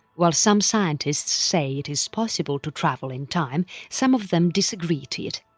while some scientists say it is possible to travel in time some of them disagree to it.